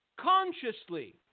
consciously